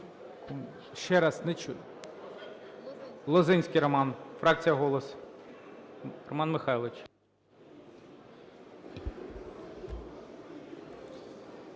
Ще раз, не чую. Лозинський Роман, фракція "Голос". Роман Михайлович.